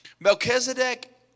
Melchizedek